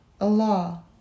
Allah